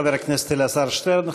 תודה לחבר הכנסת אלעזר שטרן.